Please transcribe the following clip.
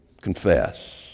confess